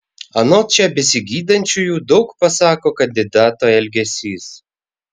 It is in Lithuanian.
anot čia besigydančiųjų daug pasako kandidato elgesys